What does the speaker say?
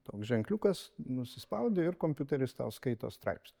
toks ženkliukas nusispaudi ir kompiuteris tau skaito straipsnį